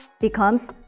becomes